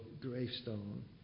gravestone